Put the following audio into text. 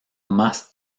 más